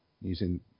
using